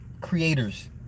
creators